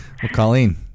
Colleen